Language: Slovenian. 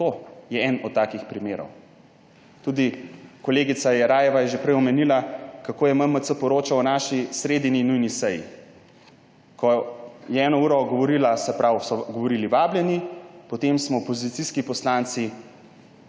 To je eden od takih primerov. Tudi kolegica Jerajeva je že prej omenila, kako je MMC poročal o naši sredini nujni seji, ko so eno uro govorili vabljeni, potem smo opozicijski poslanci